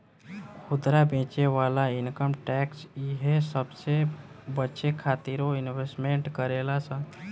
खुदरा बेचे वाला इनकम टैक्स इहे सबसे बचे खातिरो इन्वेस्टमेंट करेले सन